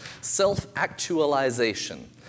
Self-actualization